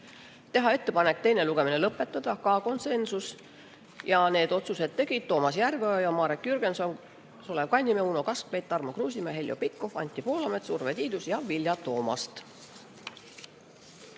teha ettepanek teine lugemine lõpetada (ka konsensus). Need otsused tegid Toomas Järveoja, Marek Jürgenson, Sulev Kannimäe, Uno Kaskpeit, Tarmo Kruusimäe, Heljo Pikhof, Anti Poolamets, Urve Tiidus ja Vilja Toomast.